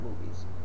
movies